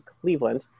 Cleveland